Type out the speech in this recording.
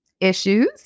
issues